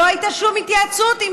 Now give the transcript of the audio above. לא הייתה שום התייעצות עם